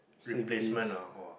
replacement ah